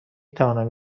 توانم